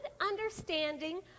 understanding